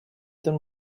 than